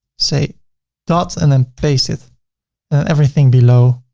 say dots and then paste it, and everything below